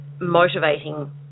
motivating